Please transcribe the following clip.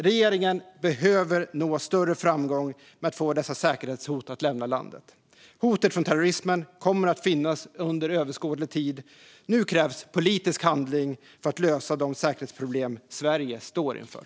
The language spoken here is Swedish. Regeringen behöver nå större framgång med att få dessa säkerhetshot att lämna landet. Hotet från terrorismen kommer att finnas under överskådlig tid. Nu krävs politisk handling för att lösa de säkerhetsproblem som Sverige står inför.